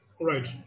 Right